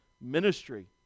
ministry